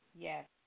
Yes